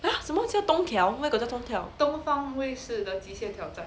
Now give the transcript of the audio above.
!huh! 什么叫东挑 where got 叫东挑